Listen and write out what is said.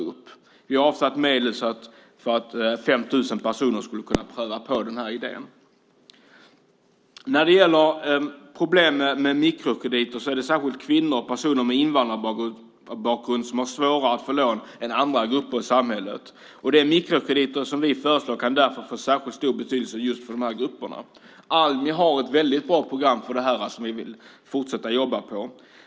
Vi har avsatt medel för att 5 000 personer skulle kunna pröva på den här idén. Det är framför allt kvinnor och personer med invandrarbakgrund som har svårare att få lån än andra grupper i samhället. De mikrokrediter som vi föreslår kan därför få särskilt stor betydelse för de här grupperna. Almi har ett väldigt bra program för detta som vi vill fortsätta att jobba på.